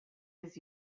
his